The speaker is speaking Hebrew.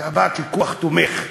אתה בא ככוח תומך.